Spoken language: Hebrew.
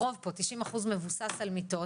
הרוב פה, 90 אחוז מבוסס על מיטות.